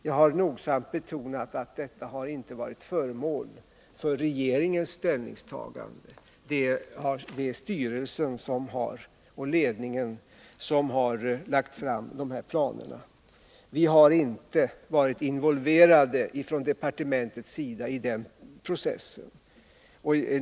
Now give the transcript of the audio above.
Jag har nogsamt betonat att planerna inte har varit föremål för regeringens ställningstagande. Det är styrelsen och ledningen för företaget som har lagt fram planerna. Vi har från departementets sida inte varit involverade i den processen.